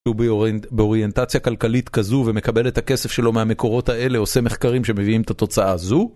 הוא באוריינטציה כלכלית כזו ומקבל את הכסף שלו מהמקורות האלה עושה מחקרים שמביאים את התוצאה הזו?